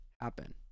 happen